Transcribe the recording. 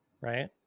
Right